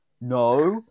No